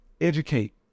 educate